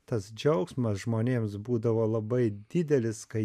tas džiaugsmas žmonėms būdavo labai didelis kai